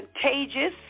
Contagious